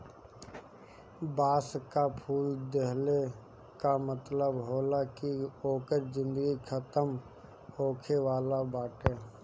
बांस कअ फूल देहले कअ मतलब होला कि ओकर जिनगी खतम होखे वाला बाटे